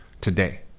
today